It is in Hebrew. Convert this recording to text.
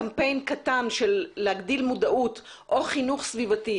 קמפיין קטן להגדלת מודעות או חינוך סביבתי,